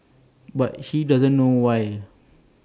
but he doesn't know why